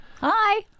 Hi